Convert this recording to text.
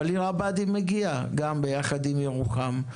גם עיר הבה"דים הגיעה ביחד עם ירוחם,